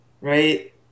right